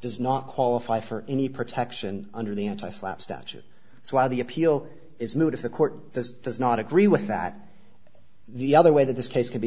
does not qualify for any protection under the anti slapp statute so while the appeal is moot if the court does does not agree with that the other way that this case can be